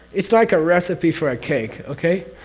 it's like a recipe for a cake. okay?